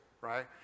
right